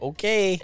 Okay